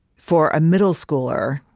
for a middle schooler,